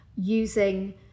using